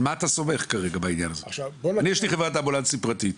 למה מחויב בעל חברת האמבולנס הפרטית?